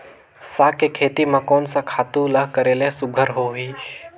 साग के खेती म कोन स खातु ल करेले सुघ्घर होही?